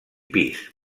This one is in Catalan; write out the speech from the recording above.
pis